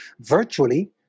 virtually